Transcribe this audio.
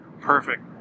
perfect